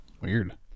Weird